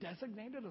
designated